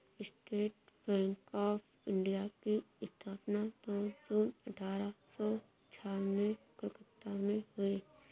state Bank of India की स्थापना दो जून अठारह सो छह में कलकत्ता में हुई